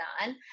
on